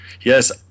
Yes